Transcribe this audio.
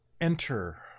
enter